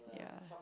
yeah